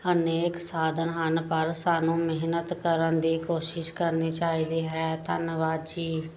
ਅਨੇਕ ਸਾਧਨ ਹਨ ਪਰ ਸਾਨੂੰ ਮਿਹਨਤ ਕਰਨ ਦੀ ਕੋਸ਼ਿਸ਼ ਕਰਨੀ ਚਾਹੀਦੀ ਹੈ ਧੰਨਵਾਦ ਜੀ